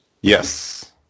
Yes